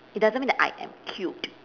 it doesn't mean that I am cute